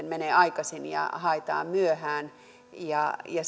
menee aikaisin ja haetaan myöhään ja